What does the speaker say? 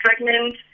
pregnant